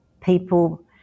people